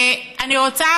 אני רוצה,